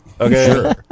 Okay